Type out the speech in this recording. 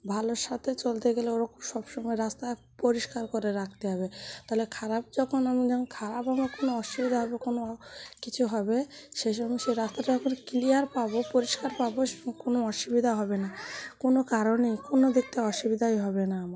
ভালোর সাথে চলতে গেলে ওরকম সবসময় রাস্তা পরিষ্কার করে রাখতে হবে তাহলে খারাপ যখন আমি যখন খারাপ আমার কোনো অসুবিধা হবে কোনো কিছু হবে সেই সময় সেই রাস্তাটা যখন ক্লিয়ার পাব পরিষ্কার পাব কোনো অসুবিধা হবে না কোনো কারণেই কোনো দিক থেকে অসুবিধাই হবে না আমার